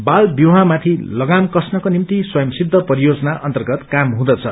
बाल विवाहमाथि लगाम कस्नको निभ्ति स्वयंसिद्ध परियोजना अन्तर्गत क्वम हुँदछ